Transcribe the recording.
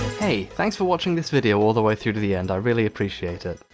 hey, thanks for watching this video all the way through to the end. i really appreciate it,